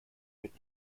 wird